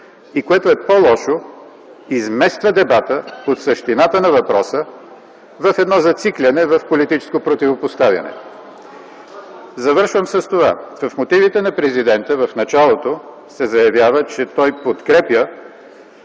и което е по-лошо – измества дебата от същината на въпроса към едно зацикляне в политическо противопоставяне. Завършвам с това. В мотивите на Президента, в началото, се заявява, че той подкрепя